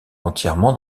entièrement